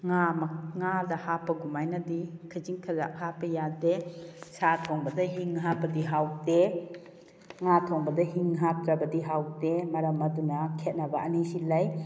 ꯉꯥ ꯉꯥꯗ ꯍꯥꯞꯄ ꯑꯗꯨꯃꯥꯏꯅꯗꯤ ꯈꯖꯤꯛ ꯈꯔꯥꯛ ꯍꯥꯞꯄ ꯌꯥꯗꯦ ꯁꯥ ꯊꯣꯡꯕꯗ ꯍꯤꯡ ꯍꯥꯞꯄꯗꯤ ꯍꯥꯎꯇꯦ ꯉꯥ ꯊꯣꯡꯕꯗ ꯍꯤꯡ ꯍꯥꯞꯇ꯭ꯔꯕꯗꯤ ꯍꯥꯎꯇꯦ ꯃꯔꯝ ꯑꯗꯨꯅ ꯈꯦꯠꯅꯕ ꯑꯅꯤꯁꯤ ꯂꯩ